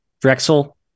Drexel